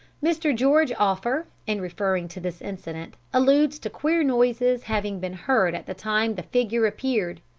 mr. george offer, in referring to this incident, alludes to queer noises having been heard at the time the figure appeared.